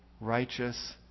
righteous